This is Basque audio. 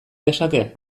dezake